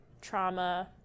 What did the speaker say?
trauma